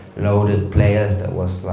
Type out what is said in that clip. loaded players, that was